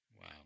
wow